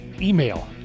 email